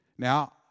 Now